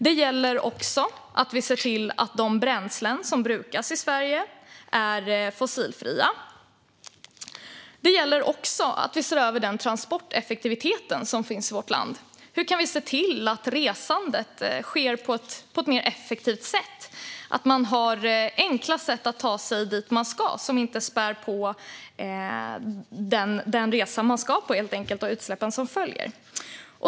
Det gäller att vi ser till att de bränslen som brukas i Sverige är fossilfria. Det gäller också att vi ser över den transporteffektivitet som finns i vårt land. Hur kan vi se till att resandet sker på ett mer effektivt sätt? Det handlar om att människor har enkla sätt att ta sig dit de ska så att de inte spär på den resa de ska på och de utsläpp som följer.